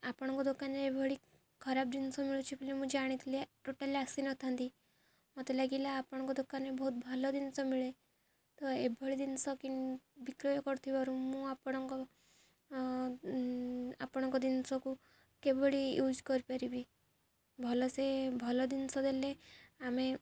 ଆପଣଙ୍କ ଦୋକାନରେ ଏଭଳି ଖରାପ ଜିନିଷ ମିଳୁଛି ବୋଲି ମୁଁ ଜାଣିଥିଲେ ଟୋଟାଲି ଆସିନଥାନ୍ତି ମୋତେ ଲାଗିଲା ଆପଣଙ୍କ ଦୋକାନରେ ବହୁତ ଭଲ ଜିନିଷ ମିଳେ ତ ଏଭଳି ଜିନିଷ କି ବିକ୍ରୟ କରଥିବାରୁ ମୁଁ ଆପଣଙ୍କ ଆପଣଙ୍କ ଜିନିଷକୁ କିଭଳି ୟୁଜ୍ କରିପାରିବି ଭଲସେ ଭଲ ଜିନିଷ ଦେଲେ ଆମେ